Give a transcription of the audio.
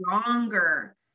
stronger